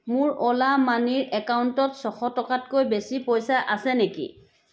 মোৰ অ'লা মানিৰ একাউণ্টত ছশ টকাতকৈ বেছি পইচা আছে নেকি